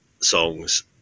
songs